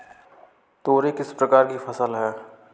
तोरई किस प्रकार की फसल है?